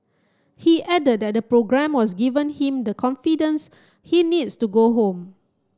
he added that programme was given him the confidence he needs to go home